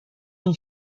این